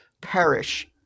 perish